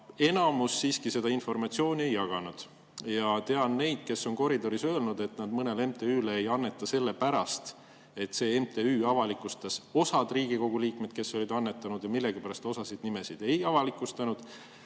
Enamik siiski informatsiooni ei jaganud. Tean neid, kes on koridoris öelnud, et nad mõnele MTÜ-le ei anneta, sellepärast et teatud MTÜ avalikustas osa Riigikogu liikmeid, kes olid annetanud, aga millegipärast kõiki nimesid ei avalikustanud.